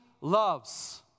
loves